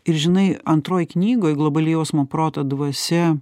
ir žinai antroj knygoj globali jausmo proto dvasia